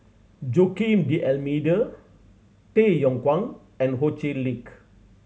Joaquim D'Almeida Tay Yong Kwang and Ho Chee Lick